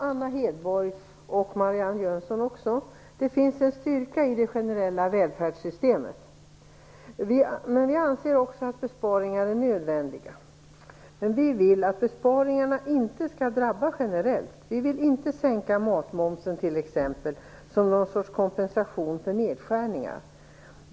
Fru talman! Ja, det finns en styrka i det generella välfärdssystemet, Anna Hedborg och Marianne Jönsson. Vi anser också att besparingar är nödvändiga, men vi vill att besparingarna inte skall drabba generellt. Vi vill t.ex. inte sänka matmomsen, som någon sorts kompensation för nedskärningar.